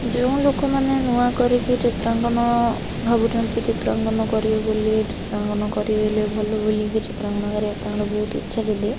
ଯେଉଁ ଲୋକମାନେ ନୂଆ କରିକି ଚିତ୍ରାଙ୍କନ ଭାବୁଛନ୍ତି ଚିତ୍ରାଙ୍କନ କରିବେ ବୋଲି ଚିତ୍ରାଙ୍କନ କରିବେ ବୋଲି ଭଲ ବୋଲି ଚିତ୍ରାଙ୍କନ କରିବାରେ ତାଙ୍କର ବହୁତ ଇଛା ଯଦି